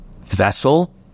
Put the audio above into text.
vessel